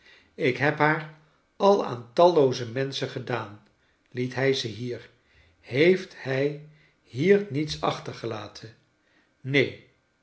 ik heb haar al aan tallooze menschen gedaan liet hij ze hier heeft hij hier niets achtergelaten neen